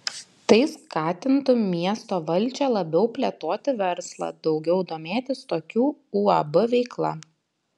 tai skatintų miesto valdžią labiau plėtoti verslą daugiau domėtis tokių uab veikla